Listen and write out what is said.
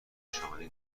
نشانی